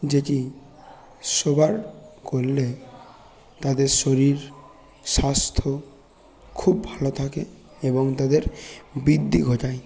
যেটি সবার করলে তাদের শরীর স্বাস্থ্য খুব ভালো থাকে এবং তাদের বৃদ্ধি ঘটায়